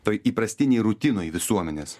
toj įprastinėj rutinoj visuomenės